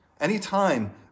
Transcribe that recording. Anytime